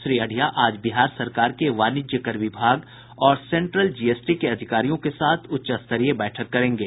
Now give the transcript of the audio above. श्री अढ़िया आज बिहार सरकार के वाणिज्य कर विभाग और सेंट्रल जीएसटी के अधिकारियों के साथ उच्च स्तरीय बैठक करेंगे